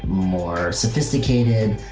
more sophisticated,